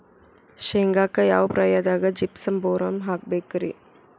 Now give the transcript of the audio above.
ಶೇಂಗಾಕ್ಕ ಯಾವ ಪ್ರಾಯದಾಗ ಜಿಪ್ಸಂ ಬೋರಾನ್ ಹಾಕಬೇಕ ರಿ?